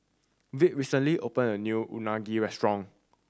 Vick recently opened a new Unagi restaurant